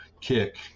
Kick